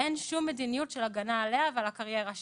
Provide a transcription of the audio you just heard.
אין שום מדיניות של הגנה עליה ועל הקריירה שלה.